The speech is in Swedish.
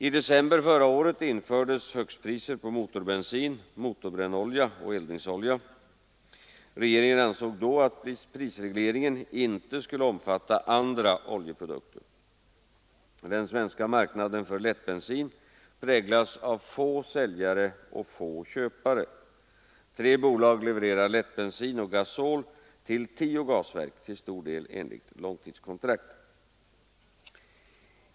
I december förra året infördes högstpriser på motorbensin, motorbrännolja och eldningsolja. Regeringen ansåg då, att prisregleringen inte skulle omfatta andra oljeprodukter. Den svenska marknaden för lättbensin präglas av få säljare och få köpare. Tre bolag levererar lättbensin och gasol till tio gasverk till stor del enligt långtidskontrakt.